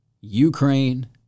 Ukraine